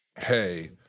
hey